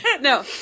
No